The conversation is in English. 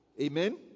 Amen